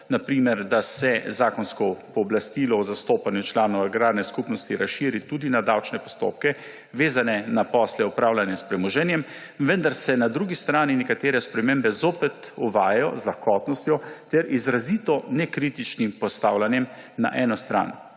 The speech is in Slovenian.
da se zakonsko pooblastilo o zastopanju članov agrarne skupnosti razširi tudi na davčne postopke, vezane na posle upravljanja s premoženjem, vendar se na drugi strani nekatere spremembe zopet uvajajo z lahkotnostjo ter izrazito nekritičnim postavljanjem na eno stran.